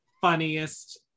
funniest